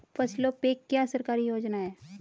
फसलों पे क्या सरकारी योजना है?